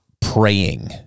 praying